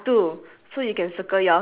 then after that